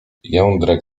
jędrek